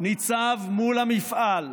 ניצב מול המפעל,